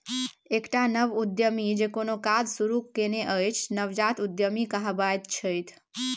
एकटा नव उद्यमी जे कोनो काज शुरूए केने अछि नवजात उद्यमी कहाबैत छथि